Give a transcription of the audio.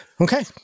Okay